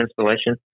installation